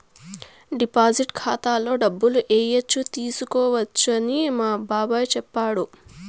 deposit ఖాతాలో డబ్బులు ఏయచ్చు తీసుకోవచ్చని మా బాబాయ్ చెప్పాడు